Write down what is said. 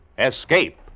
Escape